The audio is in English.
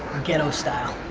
ghetto style.